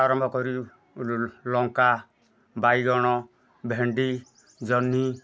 ଆରମ୍ଭ କରି ଲଙ୍କା ବାଇଗଣ ଭେଣ୍ଡି ଜହ୍ନି